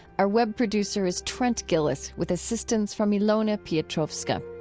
our web producer is trent gilliss with assistance from ilona piotrowska.